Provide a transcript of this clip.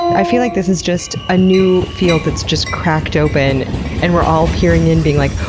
i feel like this is just a new field that's just cracked open and we're all peering in, being like,